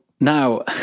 now